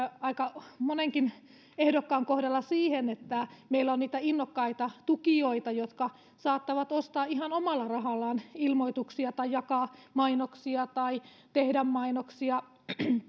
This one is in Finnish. aika monenkin ehdokkaan kohdalla siihen että meillä on innokkaita tukijoita jotka saattavat ostaa ihan omalla rahallaan ilmoituksia tai jakaa mainoksia tai tehdä mainoksia